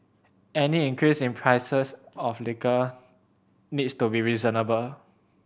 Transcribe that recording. any increase in prices of liquor needs to be reasonable